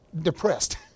depressed